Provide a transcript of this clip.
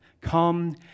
Come